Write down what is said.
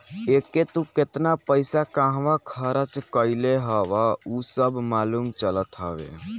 एके तू केतना पईसा कहंवा खरच कईले हवअ उ सब मालूम चलत हवे